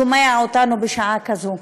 שומע אותנו בשעה כזאת.